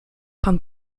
pan